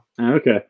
Okay